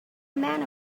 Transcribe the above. man